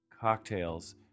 cocktails